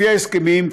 לפי ההסכמים,